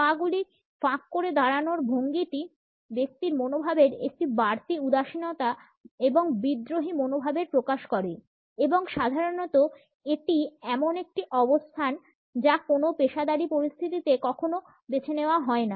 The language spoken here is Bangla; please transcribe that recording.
পা গুলি ফাঁক করে দাড়ানোর ভঙ্গিটি ব্যক্তির মনোভাবের মধ্যে একটি বাড়তি উদাসীনতা এবং বিদ্রোহী মনোভাবের প্রকাশ করে এবং সাধারণত এটি এমন একটি অবস্থান যা কোনও পেশাদারী পরিস্থিতিতে কখনও বেছে নেওয়া হয় না